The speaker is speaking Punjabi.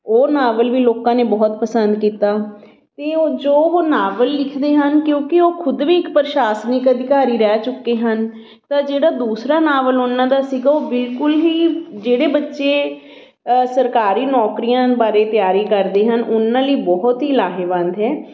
ਉਹ ਨਾਵਲ ਵੀ ਲੋਕਾਂ ਨੇ ਬਹੁਤ ਪਸੰਦ ਕੀਤਾ ਅਤੇ ਉਹ ਜੋ ਉਹ ਨਾਵਲ ਲਿਖਦੇ ਹਨ ਕਿਉਂਕਿ ਉਹ ਖੁਦ ਵੀ ਇੱਕ ਪ੍ਰਸ਼ਾਸਨਿਕ ਅਧਿਕਾਰੀ ਰਹਿ ਚੁੱਕੇ ਹਨ ਤਾਂ ਜਿਹੜਾ ਦੂਸਰਾ ਨਾਵਲ ਉਹਨਾਂ ਦਾ ਸੀਗਾ ਉਹ ਬਿਲਕੁਲ ਹੀ ਜਿਹੜੇ ਬੱਚੇ ਸਰਕਾਰੀ ਨੌਕਰੀਆਂ ਬਾਰੇ ਤਿਆਰੀ ਕਰਦੇ ਹਨ ਉਹਨਾਂ ਲਈ ਬਹੁਤ ਹੀ ਲਾਹੇਵੰਦ ਹੈ